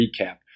recap